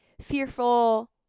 fearful